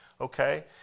okay